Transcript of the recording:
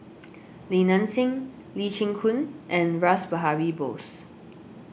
Li Nanxing Lee Chin Koon and Rash Behari Bose